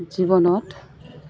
জীৱনত